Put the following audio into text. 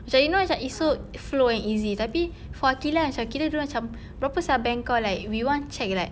macam you know macam it's so flow and easy tapi for aqilah macam kira dia macam berapa sia bank engkau like we want check like